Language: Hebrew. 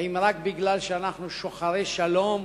האם רק בגלל שאנו שוחרי שלום,